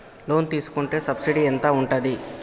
Loan తీసుకుంటే subsidy ఎంత ఉంటది?